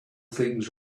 things